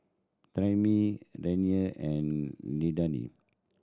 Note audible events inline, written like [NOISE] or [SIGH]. Tammi Deanna and [UNINTELLIGIBLE]